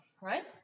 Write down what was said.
right